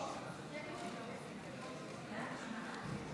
אדוני היושב בראש,